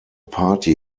party